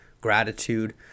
gratitude